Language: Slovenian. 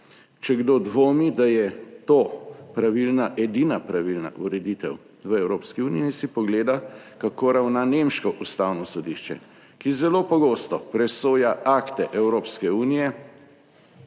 če kdo dvomi, da je to pravilna, edina pravilna ureditev v Evropski uniji, naj si pogleda kako ravna nemško Ustavno sodišče, ki zelo pogosto presoja akte Evropske unije